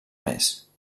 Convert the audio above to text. més